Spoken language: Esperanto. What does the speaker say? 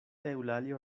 eŭlalio